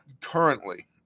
currently